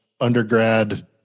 undergrad